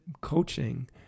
coaching